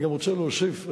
אני גם רוצה להוסיף,